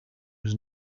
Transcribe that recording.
was